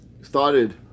started